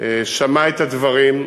שמע את הדברים,